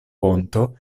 ponto